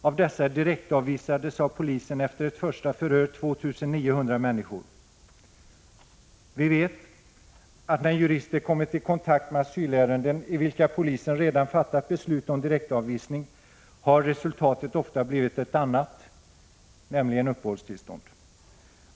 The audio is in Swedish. Av dessa direktavvisades av polisen efter ett första förhör 2 900 människor. Vi vet att när jurister kommit i kontakt med asylärenden i vilka polisen redan fattat beslut om direktavvisning har resultatet ofta blivit ett annat, nämligen uppehållstillstånd.